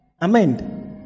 Amend